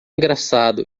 engraçado